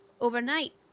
overnight